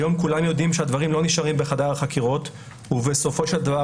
היום כולם יודעים שהדברים לא נשארים בחדר החקירות ובסופו של דבר